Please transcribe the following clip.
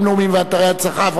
אתרים לאומיים ואתרי הנצחה (תיקון מס' 10),